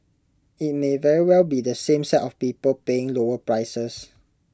IT may very well be the same set of people paying lower prices